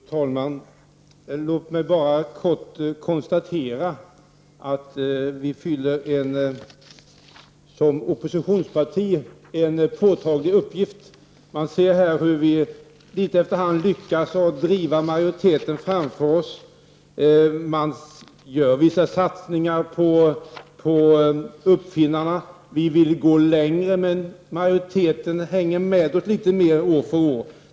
Fru talman! Låt mig bara i korthet konstatera att vi som oppositionsparti fyller en påtaglig uppgift. Vi kan se hur vi lyckas driva majoriteten framför oss. Det görs vissa satsningar på uppfinnarna. För vår del vill vi gå längre, men majoriteten hänger med litet längre år för år.